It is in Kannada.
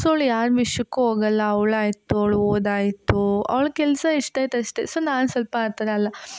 ಸೊ ಅವ್ಳು ಯಾರ ವಿಷ್ಯಕ್ಕೂ ಹೋಗಲ್ಲ ಅವಳಾಯ್ತು ಅವ್ಳ ಓದಾಯಿತು ಅವ್ಳ ಕೆಲಸ ಎಷ್ಟಾಯ್ತು ಅಷ್ಟೇ ಸೊ ನಾನು ಸ್ವಲ್ಪ ಆ ಥರ ಅಲ್ಲ